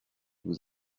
vous